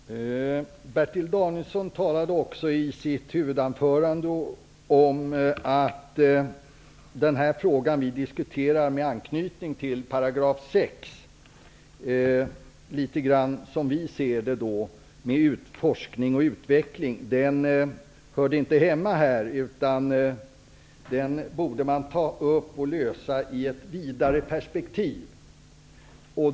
Herr talman! Bertil Danielsson sade i sitt huvudanförande att den fråga som vi diskuterar med anknytning till 6 §- om forskning och utveckling - inte hörde hemma här, utan den frågan borde man ta upp och lösa i ett vidare perspektiv.